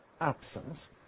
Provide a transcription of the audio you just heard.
absence